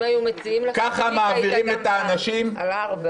אם היו מציעים לך היית בא על ארבע.